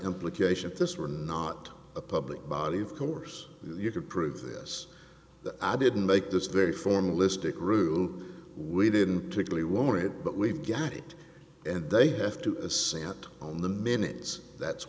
implication if this were not a public body of course you could prove this i didn't make this very formalistic group we didn't particularly want it but we've got it and they have to assent on the minutes that's